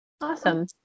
Awesome